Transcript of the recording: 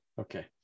Okay